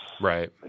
right